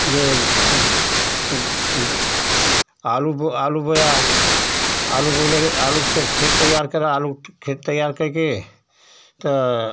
यह आलू बो आलू बोया आलू बोले आलू के खेत तैयार करा आलू के खेत तैयार करके तो